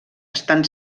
estan